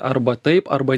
arba taip arba